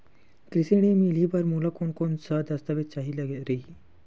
कृषि ऋण मिलही बर मोला कोन कोन स दस्तावेज चाही रही?